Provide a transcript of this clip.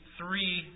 three